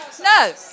no